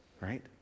right